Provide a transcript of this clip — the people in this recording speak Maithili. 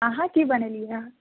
अहाँ की बनेलियै हऽ